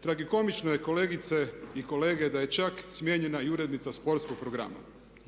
Tragikomično je kolegice i kolege da je čak smijenjena i urednica sportskog programa.